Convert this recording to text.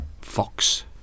Fox